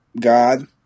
God